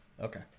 Okay